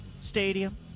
stadium